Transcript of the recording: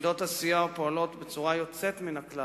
יחידות הסיוע פועלות בצורה יוצאת מן הכלל,